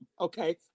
okay